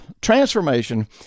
Transformation